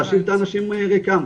להשיב את האנשים ריקם.